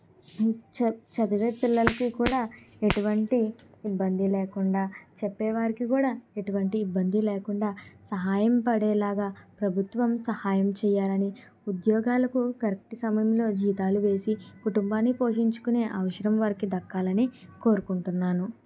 చద్ చదివే పిల్లలకి కూడా ఎటువంటి ఇబ్బంది లేకుండా చెప్పే వారికి కూడా ఎటువంటి ఇబ్బంది లేకుండా సహాయం పడేలాగా ప్రభుత్వం సహాయం చేయాలని ఉద్యోగాలకు కరెక్ట్ సమయంలో జీతాలు వేసి కుటుంబాన్నీ పోషించే అవసరం వారికి దక్కాలని కోరుకుంటున్నాను